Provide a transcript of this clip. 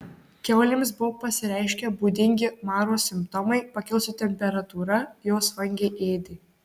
kiaulėms buvo pasireiškę būdingi maro simptomai pakilusi temperatūra jos vangiai ėdė